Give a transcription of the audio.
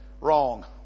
wrong